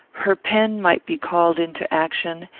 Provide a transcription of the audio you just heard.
her pen might be called into action,